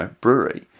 brewery